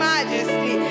Majesty